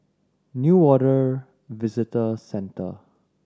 Newater Visitor Centre